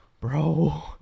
bro